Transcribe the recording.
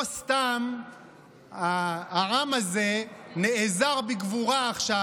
לא סתם העם הזה נאזר בגבורה עכשיו,